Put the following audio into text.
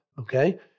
okay